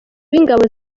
w’ingabo